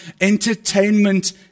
entertainment